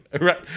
Right